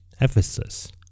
Ephesus